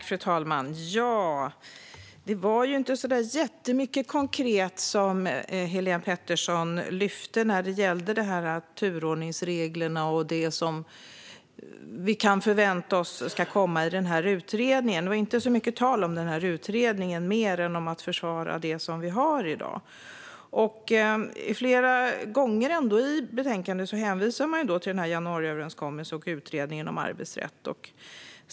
Fru talman! Det var inte så där jättemycket konkret som Helén Pettersson lyfte fram när det gäller turordningsreglerna och det som vi kan förvänta oss ska komma i den här utredningen. Det var inte så mycket tal om utredningen mer än om att försvara det som vi har i dag. Flera gånger i betänkandet hänvisar man till januariöverenskommelsen och utredningen om arbetsrätt.